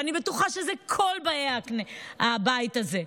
ואני בטוחה שזה כל באי הבית הזה,